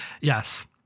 Yes